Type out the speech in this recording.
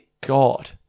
God